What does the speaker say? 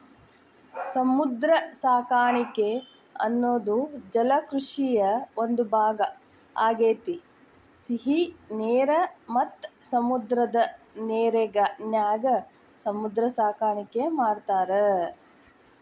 ಸಮುದ್ರ ಸಾಕಾಣಿಕೆ ಅನ್ನೋದು ಜಲಕೃಷಿಯ ಒಂದ್ ಭಾಗ ಆಗೇತಿ, ಸಿಹಿ ನೇರ ಮತ್ತ ಸಮುದ್ರದ ನೇರಿನ್ಯಾಗು ಸಮುದ್ರ ಸಾಕಾಣಿಕೆ ಮಾಡ್ತಾರ